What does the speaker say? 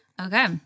Okay